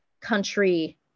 country